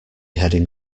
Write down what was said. heading